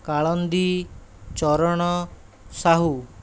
Kalandi Charan Sahu